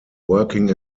working